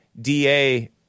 DA